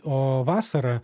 o vasarą